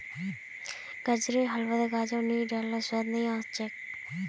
गाजरेर हलवात काजू नी डाल लात स्वाद नइ ओस छेक